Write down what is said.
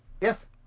Yes